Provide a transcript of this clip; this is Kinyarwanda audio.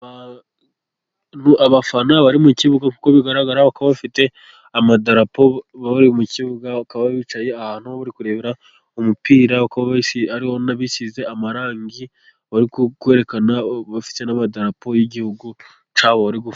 Abafana bari mukibuga uko bigaragaraba bafite amadarapo bakaba bari mukibuga. Bakaba bicaye ahantu bari kurebera umupira bisize amarangi barerekana n'amadarapo y'Igihugu cyabo.